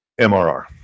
MRR